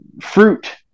fruit